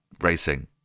racing